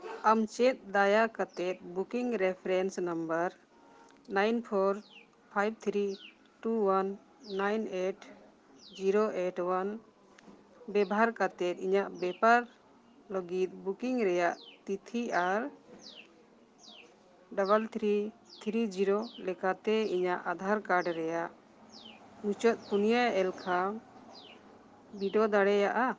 ᱟᱢ ᱪᱮᱫ ᱫᱟᱭᱟ ᱠᱟᱛᱮᱫ booking reference number nine four five three two one nine eight zero eight one ᱵᱮᱵᱚᱦᱟᱨ ᱠᱟᱛᱮᱫ ᱤᱧᱟᱹᱜ ᱵᱮᱯᱟᱨ ᱞᱟᱹᱜᱤᱫ ᱵᱩᱠᱤᱝ ᱨᱮᱭᱟᱜ ᱛᱤᱛᱷᱤ ᱟᱨ ᱰᱚᱵᱚᱞ ᱛᱷᱨᱤ ᱛᱷᱨᱤ ᱡᱤᱨᱳ ᱞᱮᱠᱟᱛᱮ ᱤᱧᱟᱹᱜ ᱟᱫᱷᱟᱨ ᱠᱟᱨᱰ ᱨᱮᱭᱟᱜ ᱢᱩᱪᱟᱹᱫ ᱯᱩᱱᱤᱭᱟᱹ ᱮᱞᱠᱷᱟ ᱵᱤᱰᱟᱹᱣ ᱫᱟᱲᱮᱭᱟᱜᱼᱟ